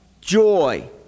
joy